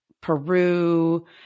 Peru